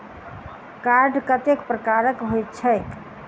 Card कतेक प्रकारक होइत छैक?